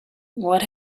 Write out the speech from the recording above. what